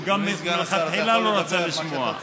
הוא גם מלכתחילה לא רצה לשמוע.